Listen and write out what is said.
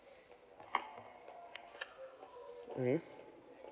mmhmm